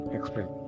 explain